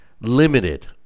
limited